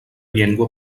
llengua